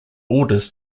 orders